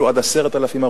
השאלה, היא